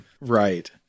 Right